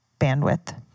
bandwidth